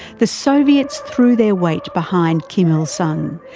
the soviets threw their weight behind kim il-sung.